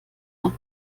nach